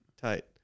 tight